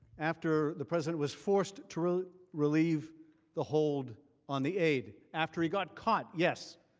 after the president was forced to release the hold on the aid. after he got caught, yes.